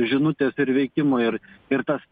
žinutės ir veikimo ir ir tas